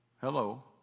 Hello